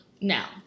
Now